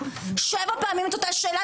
שבע פעמים את אותה שאלה,